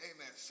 Amen